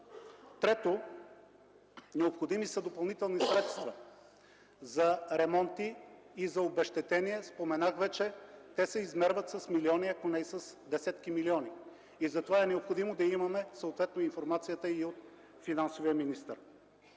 Трето, необходими са допълнителни средства за ремонти и обезщетения – споменах вече, те се измерват с милиони, ако не с десетки милиони. Затова е необходимо да имаме съответно информацията и от министъра